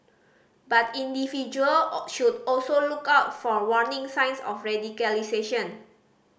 but individual all should also look out for warning signs of radicalisation